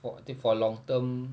for I think for long term